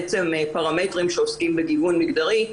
שעוסקים בגיוון מגדרי,